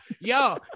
yo